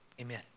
Amen